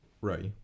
Right